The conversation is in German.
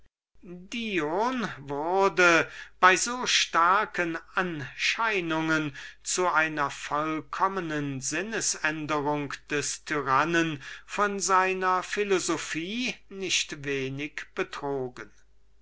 dion wurde bei so starken anscheinungen zu einer vollkommenen sinnes änderung des tyrannen von seiner philosophie nicht wenig betrogen